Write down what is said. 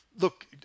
look